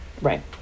right